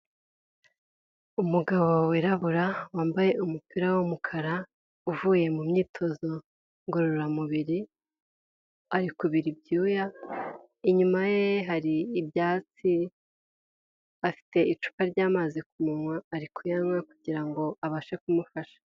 Umugabo wirabura wambaye umupira wumukara uvuye mu myitozo ngororamubiri, ari kubira ibyuya. Inyuma ye hari ibyatsi, afite icupa ry'amazi ku munwa ari kuyanywa kugira ngo abashe kumufasha.